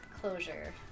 Closure